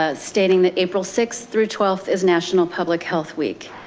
ah stating that april sixth through twelfth is national public health week.